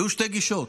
היו שתי גישות.